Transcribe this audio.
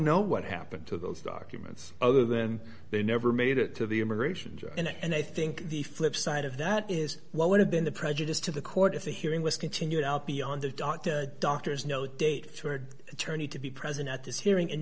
know what happened to those documents other than they never made it to the immigration and i think the flip side of that is what would have been the prejudice to the court if the hearing was continued out beyond the doctor's note date to her attorney to be present at this hearing and